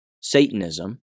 Satanism